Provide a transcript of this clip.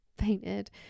fainted